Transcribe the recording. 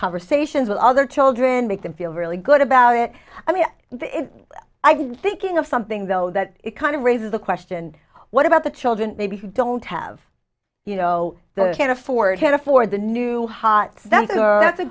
conversations with other children make them feel really good about it i mean i've been thinking of something though that kind of raises the question what about the children maybe who don't have you know the can't afford can't afford the new sensor and that's a